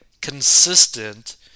consistent